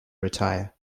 retire